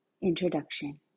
introduction